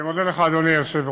אני מודה לך, אדוני היושב-ראש.